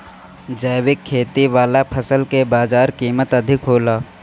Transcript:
जैविक खेती वाला फसल के बाजार कीमत अधिक होला